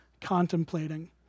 contemplating